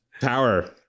power